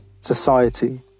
society